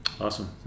Awesome